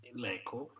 l'eco